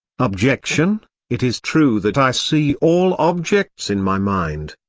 objection it is true that i see all objects in my mind,